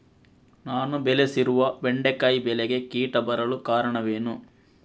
ನಾನು ಬೆಳೆಸಿರುವ ಬೆಂಡೆಕಾಯಿ ಬೆಳೆಗೆ ಕೀಟ ಬರಲು ಕಾರಣವೇನು?